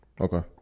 Okay